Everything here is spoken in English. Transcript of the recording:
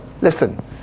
Listen